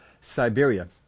Siberia